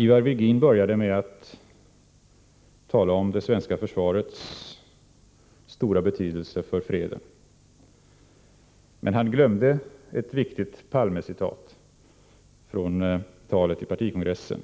Ivar Virgin började med att tala om det svenska försvarets stora betydelse för freden. Men han glömde ett viktigt Palmecitat ur talet vid partikongressen,